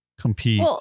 compete